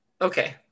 Okay